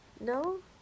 No